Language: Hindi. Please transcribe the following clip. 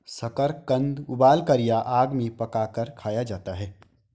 शकरकंद उबालकर या आग में पकाकर खाया जाता है